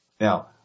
Now